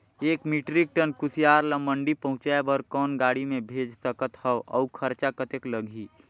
एक metric tonne कुसियार ल मंडी पहुंचाय बर कौन गाड़ी मे भेज सकत हव अउ खरचा कतेक लगही?